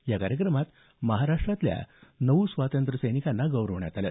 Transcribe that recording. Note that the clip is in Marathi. या कार्यक्रमात महाराष्ट्रातल्या नऊ स्वातंत्र्य सैनिकांना गौरवण्यात आलं